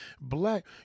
Black